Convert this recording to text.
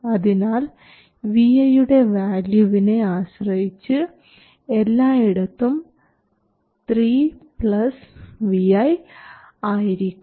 അതിനാൽ vi യുടെ വാല്യൂവിനെ ആശ്രയിച്ചു എല്ലായിടത്തും 3 vi ആയിരിക്കും